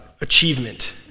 achievement